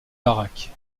baraque